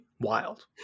wild